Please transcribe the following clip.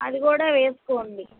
అది కూడా వేసుకోండి